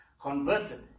converted